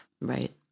Right